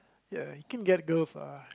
ya he can get girls lah